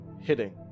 hitting